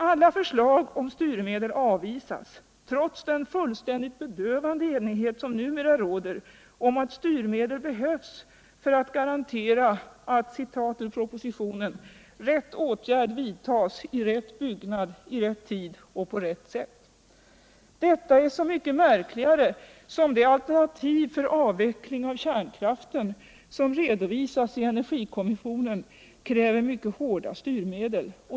Alla förslag om styrmedel avvisas trots den fullständigt bedövande Fredagen den cnighet som numera råder om att styrmedel behövs för att garantera — jag 26 maj 1978 citerar ur propositionen — alt ”rätt åtgärd vidtas i rätt byggnad i rätt tid och på rätt sätt”. Detta är så mycket märkligare som de alternativ för avveckling av kärnkraften, som redovisades i energikommissionen, kräver mycket hårda styrmedel.